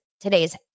today's